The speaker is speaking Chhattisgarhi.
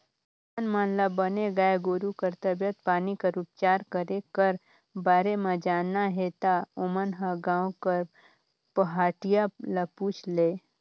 किसान मन ल बने गाय गोरु कर तबीयत पानी कर उपचार करे कर बारे म जानना हे ता ओमन ह गांव कर पहाटिया ल पूछ लय